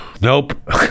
nope